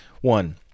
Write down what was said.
One